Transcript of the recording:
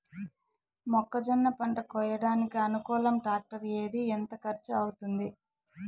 మొక్కజొన్న పంట కోయడానికి అనుకూలం టాక్టర్ ఏది? ఎంత ఖర్చు అవుతుంది?